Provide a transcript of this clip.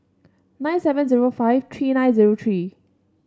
nine seven zero five three nine zero three